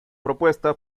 propuesta